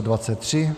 23.